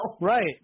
Right